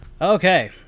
Okay